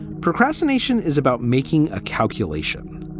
procrastination is about making a calculation